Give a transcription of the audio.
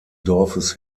dorfes